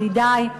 ידידי,